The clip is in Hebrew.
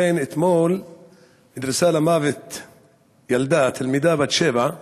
אתמול נדרסה למוות ילדה, תלמידה בת שבע,